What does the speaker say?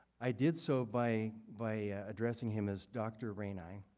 i did so by by addressing him as dr. rainii.